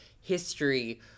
history